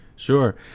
Sure